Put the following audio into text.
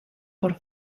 por